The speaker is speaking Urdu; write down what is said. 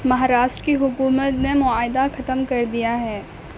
مہاراشٹر کی حکومت نے معاہدہ ختم کر دیا ہے